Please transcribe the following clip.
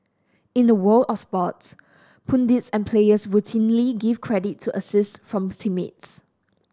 in the world of sports pundits and players routinely give credit to assist from teammates